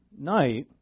night